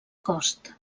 cost